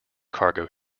cargo